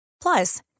Plus